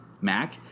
Mac